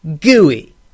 gooey